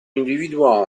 individuo